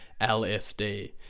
LSD